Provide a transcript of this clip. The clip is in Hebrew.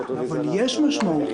אבל יש משמעות.